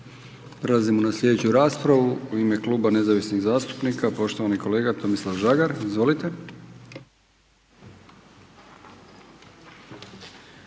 Prelazimo na slijedeću raspravu u ime kluba nezavisnih zastupnika poštovani kolega Tomislav Žagar, izvolite.